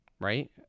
right